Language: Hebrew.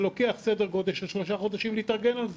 זה לוקח סדר-גודל של שלושה חודשים להתארגן על זה.